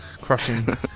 Crushing